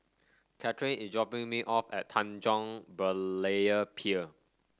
Cathryn is dropping me off at Tanjong Berlayer Pier